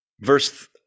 Verse